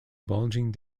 bulging